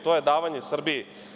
To je davanje Srbiji.